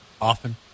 Often